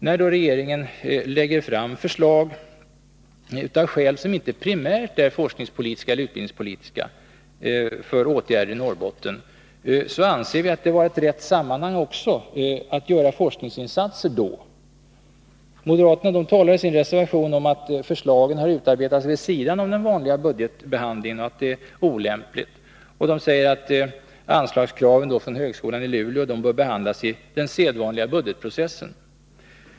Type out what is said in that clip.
När då regeringen lägger fram förslag — av skäl som inte primärt är forskningspolitiska eller utbildningspolitiska — till åtgärder i Norrbotten, anser vi att det är rätt att i det sammanhanget också göra forskningsinsatser. Moderaterna talar i sin reservation 12 om att förslagen har utarbetats vid sidan av den vanliga budgetbehandlingen och anser att det är olyckligt. De säger att anslagskrav från högskolan i Luleå bör behandlas vid den sedvanliga budgetprocessen.